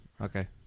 Okay